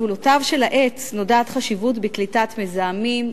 לסגולותיו של העץ נודעת חשיבות בקליטת מזהמים,